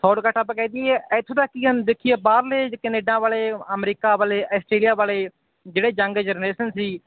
shortcut ਆਪਾਂ ਕਹਿ ਦਈਏ ਇੱਥੋਂ ਤੱਕ ਕੀ ਹੈ ਦੇਖੀਏ ਬਾਹਰਲੇ ਜੇ ਕਨੇਡਾ ਵਾਲੇ ਅਮਰੀਕਾ ਵਾਲੇ ਅਸਟੇਲੀਆ ਵਾਲੇ ਜਿਹੜੇ ਜੰਗ ਜਰਨੇਸ਼ਨ ਸੀ